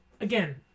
again